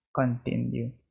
continue